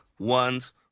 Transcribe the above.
one's